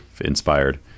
inspired